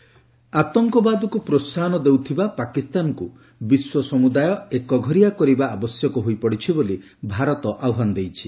Pak terrorist ଆତଙ୍କବାଦକୁ ପ୍ରୋହାହନ ଦେଉଥିବା ପାକିସ୍ତାନକୁ ବିଶ୍ୱ ସମୁଦାୟ ଏକଘରିଆ କରିବା ଆବଶ୍ୟକ ହୋଇପଡ଼ିଛି ବୋଲି ଭାରତ ଆହ୍ୱାନ ଦେଇଛି